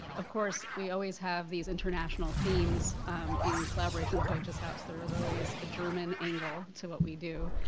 of course we always have these international themes in collaboration with deutsches haus. there is always a german angle to what we do.